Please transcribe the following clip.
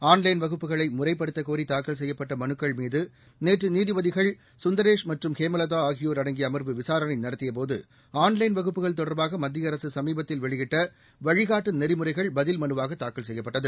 online வகுப்புகளை முறைப்படுத்தக் கோரி தாக்கல் செய்யப்பட்ட மனுக்கள்மீது நேற்று நீதிபதிகள் சுந்தரேஷ் மற்றும் ஹேமலதா ஆகியோர் அடங்கிய அமர்வு விசாரணை நடத்தியபோது ஆன்லைன் வகுப்புகள் தொடர்பாக மத்திய அரசு சமீபத்தில் வெளியிட்ட வழிகாட்டு நெறிமுறைகள் பதில் மனுவாக தாக்கல் செய்யப்பட்டது